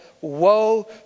Woe